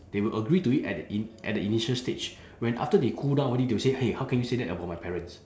they will agree to it at the ini~ at the initial stage when after they cool down already they will say !hey! how can you say that about my parents